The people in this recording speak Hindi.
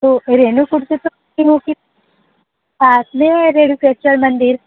तो फिर रेणुकूट से पास में है रेणुकेश्वर मंदिर